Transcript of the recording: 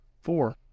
Four